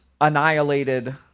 annihilated